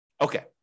Okay